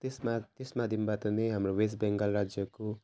त्यसमा त्यस माध्यमबाट नै हाम्रो वेस्ट बेङ्गाल राज्यको